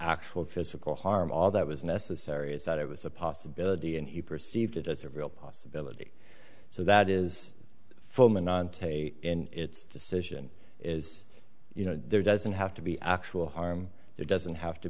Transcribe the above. actual physical harm all that was necessary is that it was a possibility and he perceived it as a real possibility so that is fulminant in its decision is you know there doesn't have to be actual harm there doesn't have to